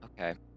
Okay